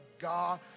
God